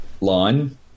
line